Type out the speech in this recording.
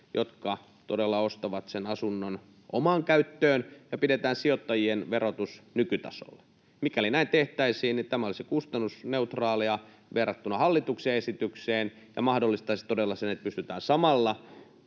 jotka todella ostavat sen asunnon omaan käyttöön, ja pidetään sijoittajien verotus nykytasolla. Mikäli näin tehtäisiin, niin tämä olisi kustannusneutraalia verrattuna hallituksen esitykseen ja mahdollistaisi todella sen, että pystytään samalla